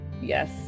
Yes